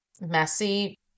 messy